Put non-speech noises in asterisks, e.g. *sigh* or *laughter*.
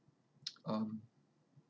*noise* um